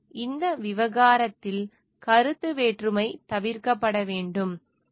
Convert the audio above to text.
மேலும் இந்த விவகாரத்தில் கருத்து வேற்றுமை தவிர்க்கப்பட வேண்டும்